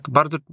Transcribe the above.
Bardzo